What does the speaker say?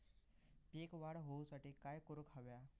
पीक वाढ होऊसाठी काय करूक हव्या?